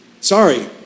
Sorry